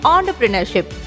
Entrepreneurship